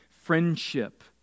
Friendship